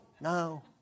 No